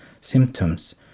symptoms